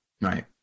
Right